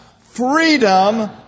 Freedom